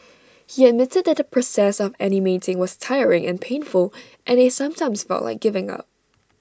he admitted that the process of animating was tiring and painful and they sometimes felt like giving up